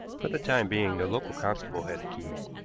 for the time being, the local constable had the keys,